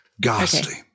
Ghastly